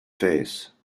face